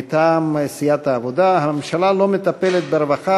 מטעם סיעת העבודה: הממשלה לא מטפלת ברווחה